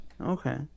okay